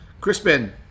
Crispin